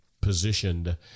positioned